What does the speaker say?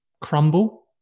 crumble